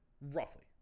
roughly